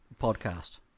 podcast